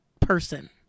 person